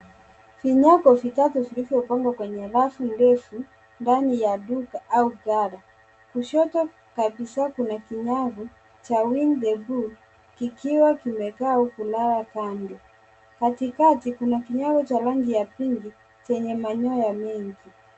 Vinyago vitatu vilivyopangwa kwenye rafu ndefu ndani ya duka au ghala. Kushoto kabisa kuna kinyago cha winny the poo kikiwa kimekaa au kulala kando . Katikati kuna kinyago cha rangi ya pinki chenye manyoya mengi.